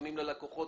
חסמים ללקוחות,